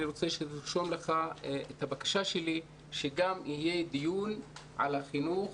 אני רוצה שתרשום לך את הבקשה שלי והיא שגם יהיה דיון על החינוך